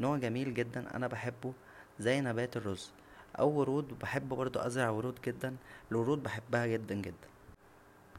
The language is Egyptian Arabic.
نوع جميل جدا انا بحبه زى نبات الرز او ورود بحب برضو ازرع ورود جدا الورود بحبها جدا جدا